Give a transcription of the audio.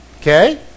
Okay